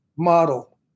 model